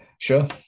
Sure